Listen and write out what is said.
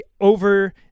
over